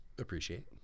appreciate